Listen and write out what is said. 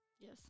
Yes